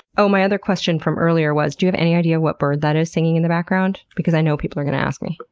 oh, my other question from earlier was, do you have any idea what bird that is singing in the background because i know people are gonna ask me.